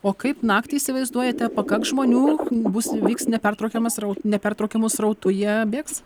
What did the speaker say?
o kaip naktį įsivaizduojate pakaks žmonių bus vyks nepertraukiamas nepertraukiamu srautu jie bėgs